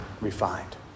refined